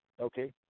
Okay